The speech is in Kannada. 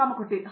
ಕಾಮಕೋಟಿ